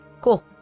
Cool